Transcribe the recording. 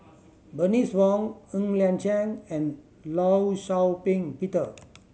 Bernice Wong Ng Liang Chiang and Law Shau Ping Peter